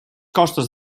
costes